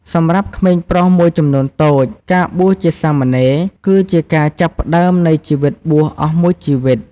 សម្រាប់ក្មេងប្រុសមួយចំនួនតូច ការបួសជាសាមណេរ គឺជាការចាប់ផ្ដើមនៃជីវិតបួសអស់មួយជីវិត។